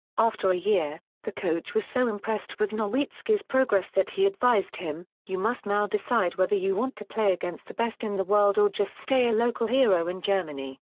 after a year, the coach was so impressed with nowitzki's progress that he advised him you must now decide whether you want to play against the best in the world or just stay a local hero in germany.